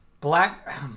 Black